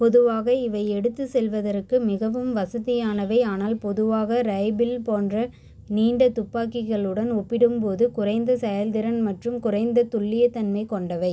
பொதுவாக இவை எடுத்துச் செல்வதற்கு மிகவும் வசதியானவை ஆனால் பொதுவாக ரைபிள் போன்ற நீண்ட துப்பாக்கிகளுடன் ஒப்பிடும்போது குறைந்த செயல்திறன் மற்றும் குறைந்த துல்லியத்தன்மை கொண்டவை